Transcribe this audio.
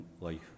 life